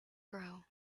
grow